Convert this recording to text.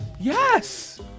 yes